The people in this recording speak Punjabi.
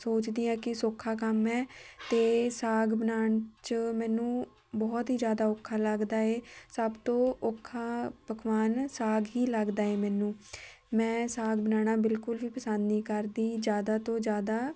ਸੋਚਦੀ ਹਾਂ ਕਿ ਸੌਖਾ ਕੰਮ ਹੈ ਅਤੇ ਸਾਗ ਬਣਾਉਣ 'ਚ ਮੈਨੂੰ ਬਹੁਤ ਹੀ ਜ਼ਿਆਦਾ ਔਖਾ ਲੱਗਦਾ ਹੈ ਸਭ ਤੋਂ ਔਖਾ ਪਕਵਾਨ ਸਾਗ ਹੀ ਲੱਗਦਾ ਹੈ ਮੈਨੂੰ ਮੈਂ ਸਾਗ ਬਣਾਉਣਾ ਬਿਲਕੁਲ ਵੀ ਪਸੰਦ ਨਹੀਂ ਕਰਦੀ ਜ਼ਿਆਦਾ ਤੋਂ ਜ਼ਿਆਦਾ